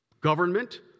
government